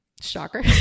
Shocker